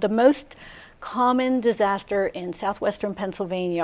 the most common disaster in southwestern pennsylvania